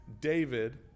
David